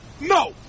no